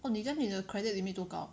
oh 你 then 你的 credit limit 多高